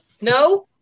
No